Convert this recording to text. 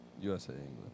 USA-England